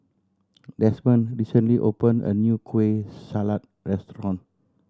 Demond recently opened a new Kueh Salat restaurant